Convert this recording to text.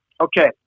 Okay